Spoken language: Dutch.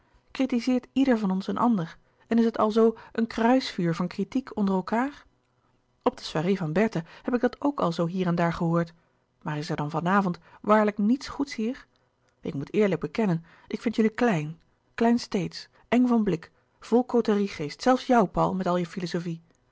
ieder van ons een ander en is het alzoo louis couperus de boeken der kleine zielen een kruisvuur van kritiek onder elkaâr op de soirée van bertha heb ik dat ook al zoo hier en daar gehoord maar is er dan van avond waarlijk niets goeds hier ik moet eerlijk bekennen ik vind jullie klein kleinsteedsch eng van blik vol côterie geest zelfs jou paul met al je filozofie